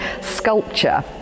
sculpture